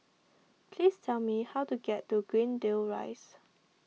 please tell me how to get to Greendale Rise